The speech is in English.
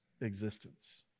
existence